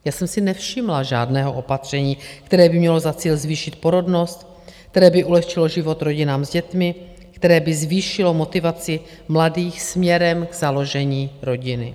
Já jsem si nevšimla žádného opatření, které by mělo za cíl zvýšit porodnost, které by ulehčilo život rodinám s dětmi, které by zvýšilo motivaci mladých směrem k založení rodiny.